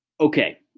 Okay